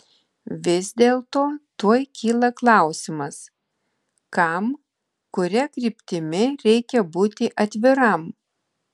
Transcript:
vis dėlto tuoj kyla klausimas kam kuria kryptimi reikia būti atviram